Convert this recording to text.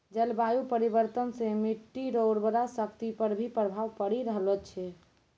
जलवायु परिवर्तन से मट्टी रो उर्वरा शक्ति पर भी प्रभाव पड़ी रहलो छै